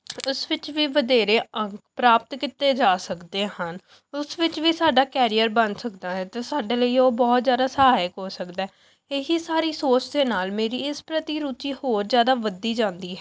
ਉਸ ਵਿੱਚ ਵੀ ਵਧੇਰੇ ਅੰਕ ਪ੍ਰਾਪਤ ਕੀਤੇ ਜਾ ਸਕਦੇ ਹਨ ਉਸ ਵਿੱਚ ਵੀ ਸਾਡਾ ਕੈਰੀਅਰ ਬਣ ਸਕਦਾ ਹੈ ਅਤੇ ਸਾਡੇ ਲਈ ਉਹ ਬਹੁਤ ਜ਼ਿਆਦਾ ਸਹਾਇਕ ਹੋ ਸਕਦਾ ਇਹੀ ਸਾਰੀ ਸੋਚ ਦੇ ਨਾਲ਼ ਮੇਰੀ ਇਸ ਪ੍ਰਤੀ ਰੁਚੀ ਹੋਰ ਜ਼ਿਆਦਾ ਵੱਧਦੀ ਜਾਂਦੀ ਹੈ